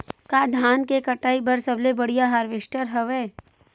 का धान के कटाई बर सबले बढ़िया हारवेस्टर हवय?